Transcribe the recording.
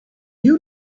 you